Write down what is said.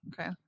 Okay